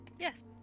yes